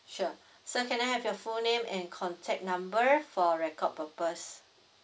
sure sir can I have your full name and contact number for record purpose